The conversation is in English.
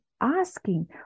asking